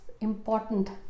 important